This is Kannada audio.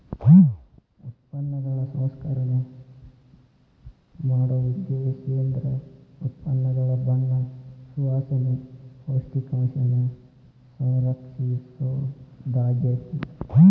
ಉತ್ಪನ್ನಗಳ ಸಂಸ್ಕರಣೆ ಮಾಡೊ ಉದ್ದೇಶೇಂದ್ರ ಉತ್ಪನ್ನಗಳ ಬಣ್ಣ ಸುವಾಸನೆ, ಪೌಷ್ಟಿಕಾಂಶನ ಸಂರಕ್ಷಿಸೊದಾಗ್ಯಾತಿ